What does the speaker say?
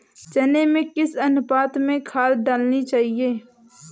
चने में किस अनुपात में खाद डालनी चाहिए?